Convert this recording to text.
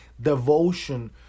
devotion